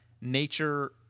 nature